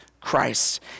Christ